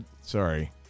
sorry